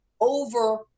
over